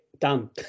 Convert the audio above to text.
done